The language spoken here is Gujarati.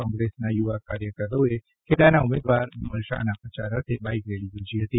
કોંગ્રેસના યુવા કાર્યકરોએ ખેડાના ઉમેદવાર બિમલ શાહના પ્રચાર અર્થે બાઇક રેલી યોજી હતી